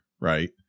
Right